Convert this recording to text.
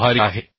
आभारी आहे